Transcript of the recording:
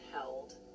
held